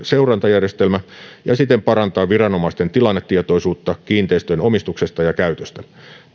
seurantajärjestelmä ja siten parantaa viranomaisten tilannetietoisuutta kiinteistöjen omistuksesta ja käytöstä